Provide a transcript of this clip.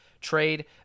trade